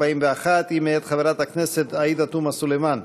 241 היא מאת חברת הכנסת עאידה תומא סלימאן.